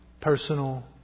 personal